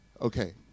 Okay